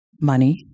money